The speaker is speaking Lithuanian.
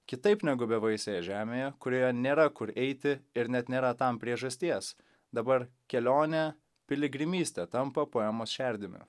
kitaip negu bevaisėje žemėje kurioje nėra kur eiti ir net nėra tam priežasties dabar kelionė piligrimystė tampa poemos šerdimi